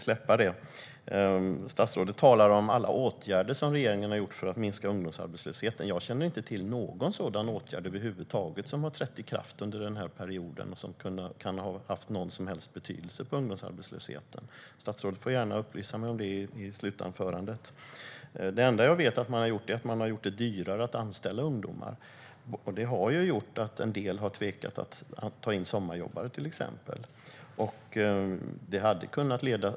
Statsrådet talar om alla åtgärder som regeringen har vidtagit för att minska ungdomsarbetslösheten. Jag känner inte till någon sådan åtgärd över huvud taget som har trätt i kraft under den här perioden och som kan ha haft någon som helst betydelse för ungdomsarbetslösheten. Statsrådet får gärna upplysa mig om det i slutanförandet. Det enda jag vet att man har gjort är att man har gjort det dyrare att anställa ungdomar. Det har gjort att en del arbetsgivare har tvekat att till exempel ta in sommarjobbare.